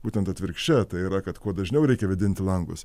būtent atvirkščia tai yra kad kuo dažniau reikia vėdinti langus